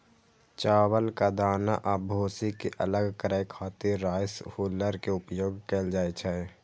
चावलक दाना आ भूसी कें अलग करै खातिर राइस हुल्लर के उपयोग कैल जाइ छै